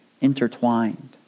intertwined